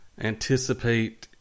Anticipate